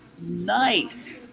nice